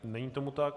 Není tomu tak.